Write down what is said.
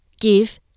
give